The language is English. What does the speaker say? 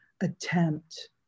attempt